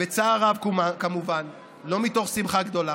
בצער רב, כמובן, לא מתוך שמחה גדולה.